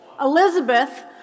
Elizabeth